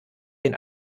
den